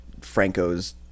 Franco's